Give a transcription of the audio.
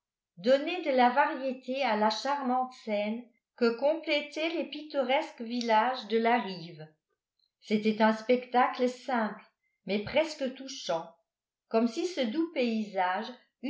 donnaient de la variété à la charmante scène que complétaient les pittoresques villages de la rive c'était un spectacle simple mais presque touchant comme si ce doux paysage